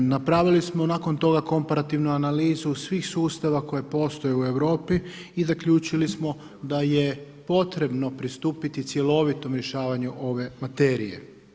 Napravili smo nakon toga komparativnu analizu, svih sustava koje postoje u Europi i zaključili smo da je potrebno pristupiti cjelovito rješavanje ove materije.